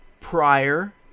Prior